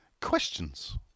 Questions